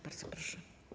Bardzo proszę.